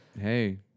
Hey